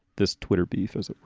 this twitter beef, as it were?